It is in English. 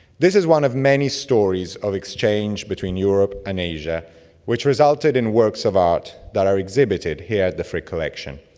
this is one of many stories of exchange between europe and asia which resulted in works of art that are exhibited here at the frick collection,